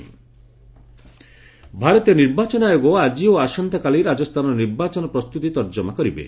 RJ preparation ଭାରତୀୟ ନିର୍ବାଚନ ଆୟୋଗ ଆଜି ଓ ଆସନ୍ତାକାଲି ରାଜସ୍ଥାନର ନିର୍ବାଚନ ପ୍ରସ୍ତୁତି ତର୍ଜମା କରିବେ